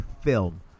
film